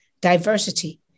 diversity